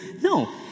No